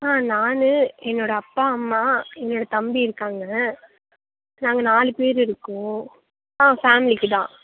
ஆ நான் என்னோட அப்பா அம்மா என்னோட தம்பி இருக்காங்க நாங்கள் நாலு பேர் இருக்கோம் ஆ ஃபேமிலிக்கி தான்